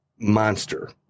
monster